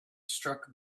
struck